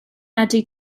medru